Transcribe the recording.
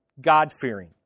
God-fearing